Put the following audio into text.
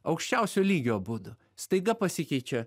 aukščiausio lygio abudu staiga pasikeičia